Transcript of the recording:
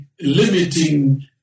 limiting